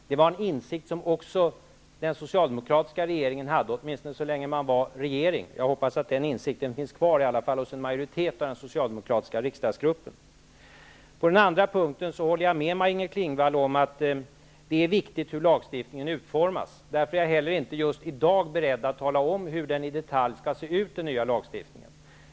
Det var en insikt som även den socialdemokratiska regeringen hade, åtminstone så länge man var regering. Jag hoppas att insikten finns kvar, åtminstone hos en majoritet av den socialdemokratiska riksdagsgruppen. På den andra punkten håller jag med Maj-Inger Klingvall om att det är viktigt hur lagstiftningen utformas. Därför är jag heller inte just i dag beredd att tala om hur den nya lagstiftningen skall se ut i detalj.